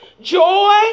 joy